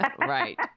Right